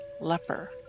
leper